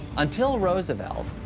until roosevelt,